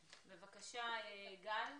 בבקשה, גל.